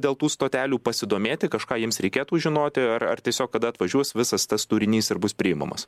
dėl tų stotelių pasidomėti kažką jiems reikėtų žinoti ar ar tiesiog kada atvažiuos visas tas turinys ir bus priimamas